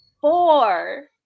four